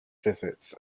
visits